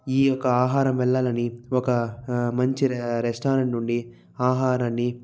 ఈ యొక్క ఆహారం వెళ్ళాలని ఒక మంచి రెస్టారెంట్ నుండి ఆహారాన్ని